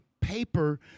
paper